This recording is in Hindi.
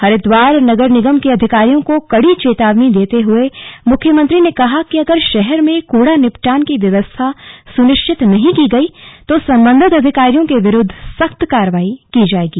हरिद्वार नगर निगम के अधिकारियों को कड़ी चेतावनी देते हुए मुख्यमंत्री ने कहा कि अगर शहर में कूड़ा निपटान की व्यवस्था सुनिश्चित नहीं की गई तो सम्बन्धित अधिकारियों के विरूद्व सख्त कार्रवाई की जाएगी